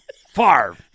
Favre